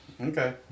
Okay